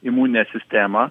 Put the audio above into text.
imuninę sistemą